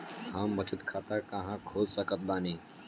हम बचत खाता कहां खोल सकत बानी?